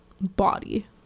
body